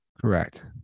Correct